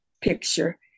picture